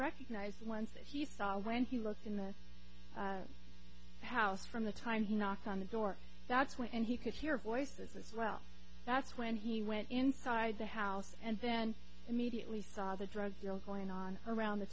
recognize the ones that he saw when he looked in the house from the time he knocked on the door that's when he could hear voices as well that's when he went inside the house and then immediately saw the drug deal going on around the